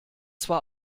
zwar